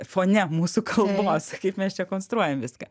fone mūsų kalbos kaip mes čia konstruojam viską